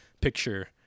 picture